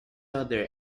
other